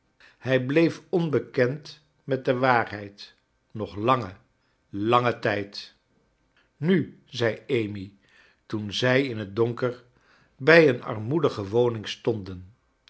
hij bleef onbekend met de waarheid nog langen langen tijd nu zei amy toen zrj in het donker bij een armoedige woning stonden